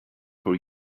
for